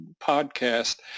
podcast